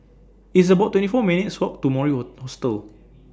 It's about twenty four minutes' Walk to Mori Oh Hostel